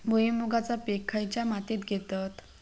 भुईमुगाचा पीक खयच्या मातीत घेतत?